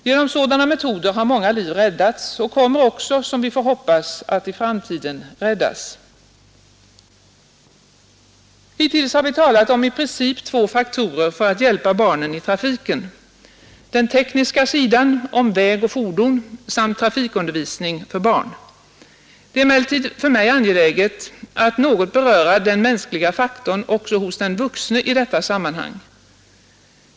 Genom sådana metoder har många liv räddats och kommer också, som vi får hoppas, att i framtiden räddas. Hittills har vi talat om i princip två faktorer för att hjälpa barnen i trafiken: den tekniska sidan, om väg och fordon, samt trafikundervisning för barn. Det är emellertid för mig angeläget att något beröra den mänskliga faktorn också hos den vuxne i detta sammanhang.